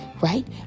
right